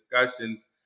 discussions